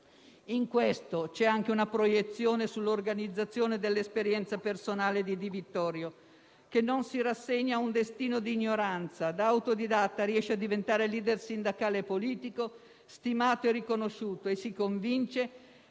In questo c'è anche una proiezione sull'organizzazione dell'esperienza personale di Di Vittorio, che non si rassegna a un destino di ignoranza. Da autodidatta riesce a diventare *leader* sindacale e politico, stimato e riconosciuto, e si convince